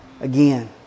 again